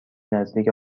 نزدیک